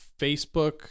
Facebook